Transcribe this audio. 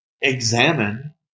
examine